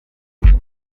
n’umwe